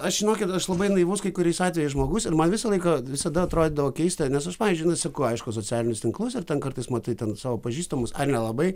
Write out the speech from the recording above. aš žinokit aš labai naivus kai kuriais atvejais žmogus ir man visą laiką visada atrodydavo keista nes aš pavyzdžiui nu seku aišku socialinius tinklus ir ten kartais matai ten savo pažįstamus ar nelabai